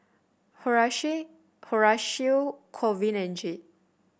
Corwin and Jade